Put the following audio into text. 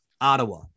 Ottawa